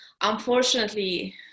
unfortunately